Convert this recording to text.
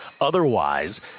Otherwise